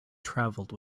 travelled